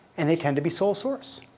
and they tend to be sole-source.